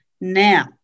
Now